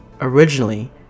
Originally